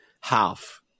half